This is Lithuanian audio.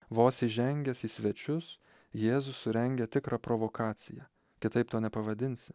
vos įžengęs į svečius jėzus surengia tikrą provokaciją kitaip to nepavadinsi